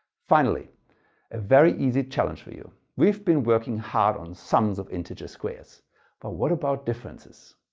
finally a very easy challenge for you. we've been working hard on sums of integer squares but what about differences?